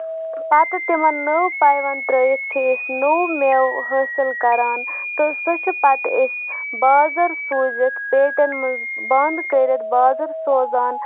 پَتہٕ تِمن نٔو پیوند ترٲیِتھ چھِ أسۍ نوٚو میوٕ حٲصِل کران تہٕ سُہ چھِ پَتہٕ أسۍ بازر سوٗزِتھ پیٹٮ۪ن منٛز بند کٔرِتھ بازر سوزان